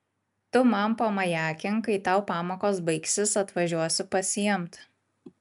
tu man pamajakink kai tau pamokos baigsis atvažiuosiu pasiimt